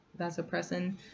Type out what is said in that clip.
vasopressin